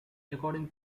according